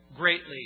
greatly